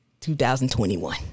2021